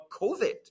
COVID